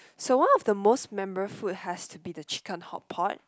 so one of the most memorable food has to be the chicken hotpot